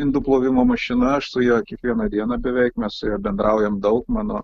indų plovimo mašina aš su ja kiekvieną dieną beveik mes su ja bendraujam daug mano